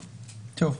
טוב.